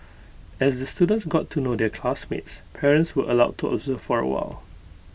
as the students got to know their classmates parents were allowed to observe for A while